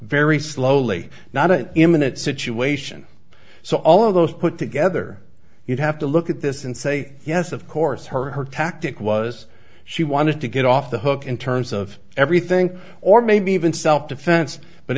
very slowly not an imminent situation so all of those put together you have to look at this and say yes of course her tactic was she wanted to get off the hook in terms of everything or maybe even self defense but